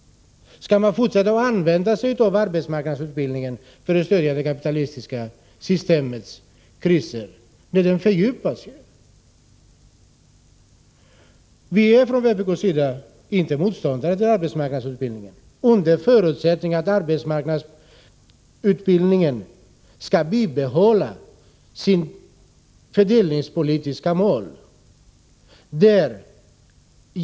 Skall man fortsätta att använda sig av arbetsmarknadsutbildning för att stödja det kapitalistiska systemets kriser, när det fördjupas? Vi från vpk är inte motståndare till arbetsmarknadsutbildning under förutsättning att denna utbildning bibehåller sina fördelningspolitiska mål.